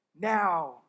now